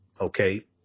okay